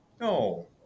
No